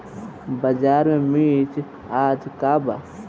बाजार में मिर्च आज का बा?